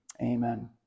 amen